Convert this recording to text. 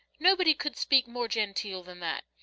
nobody could speak more genteel than that.